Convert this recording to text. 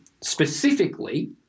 Specifically